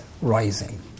rising